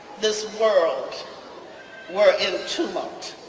this world were in tumult.